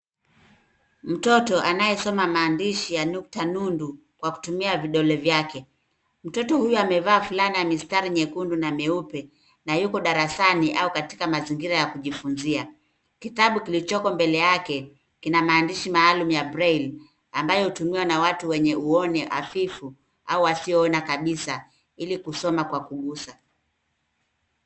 Mtoto anayesoma maadishi ya nukta nundu kwa kutumia vidole vyake. Mtoto huyu amevaa fulana ya mistari miekundu na mieupe na yuko darasani au katika mazingira ya kujifunzia. Kitabu kilichoko mbele yake, kina maandishi maalum ya breli ambayo hutumiwa na watu wenye uoni hafifu au asiyeona kabisa ili kusoma kwa kugusa.